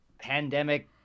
pandemic